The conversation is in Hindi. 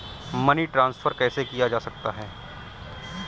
मनी ट्रांसफर कैसे किया जा सकता है?